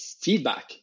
feedback